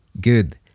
Good